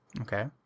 Okay